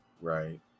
Right